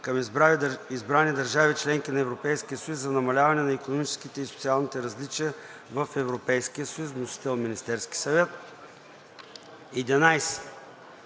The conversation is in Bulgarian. към избрани държави – членки на Европейския съюз, за намаляване на икономическите и социалните различия в Европейския съюз. Вносител е Министерския съвет, 11